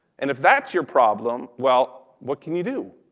and if that's your problem, well, what can you do?